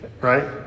right